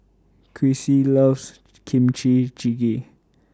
Chrissy loves Kimchi Jjigae